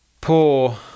Poor